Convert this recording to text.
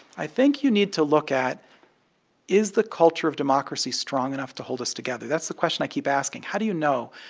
i think you need to look at is the culture of democracy strong enough to hold us together. that's the question i keep asking. how do you know?